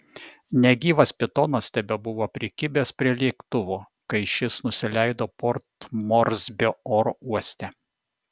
negyvas pitonas tebebuvo prikibęs prie lėktuvo kai šis nusileido port morsbio oro uoste